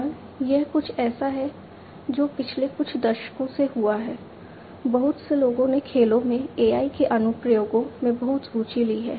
और यह कुछ ऐसा है जो पिछले कुछ दशकों से हुआ है बहुत से लोगों ने खेलों में AI के अनुप्रयोगों में बहुत रुचि ली है